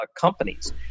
companies